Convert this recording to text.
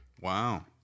Wow